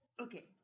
Okay